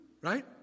right